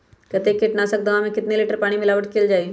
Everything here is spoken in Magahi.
कतेक किटनाशक दवा मे कितनी लिटर पानी मिलावट किअल जाई?